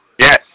Yes